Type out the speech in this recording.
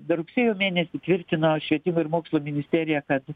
dar rugsėjo mėnesį tvirtino švietimo ir mokslo ministerija kad